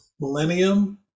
Millennium